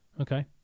Okay